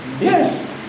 Yes